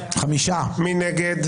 מי נגד?